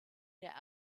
der